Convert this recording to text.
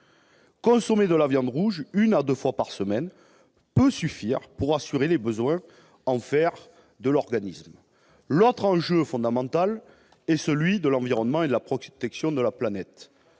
Consommer de la viande rouge une à deux fois par semaine peut suffire pour assurer les besoins en fer de l'organisme. L'autre enjeu fondamental est celui de l'environnement et de la protection de la planète.